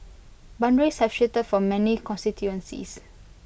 boundaries have shifted for many constituencies